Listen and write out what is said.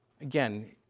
again